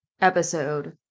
Episode